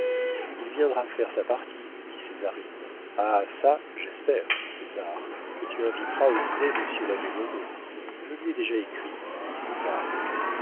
il viendra faire sa partie dit césarine ha çà j'espère césar que tu inviteras au dîner monsieur l'abbé loraux je lui ai déjà écrit dit césar